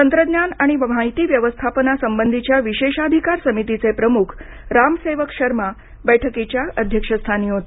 तंत्रज्ञान आणि माहिती व्यवस्थापनासंबंधीच्या विशेषाधिकार समितीचे प्रमुख राम सेवक शर्मा बैठकीच्या अध्यक्षपदी होते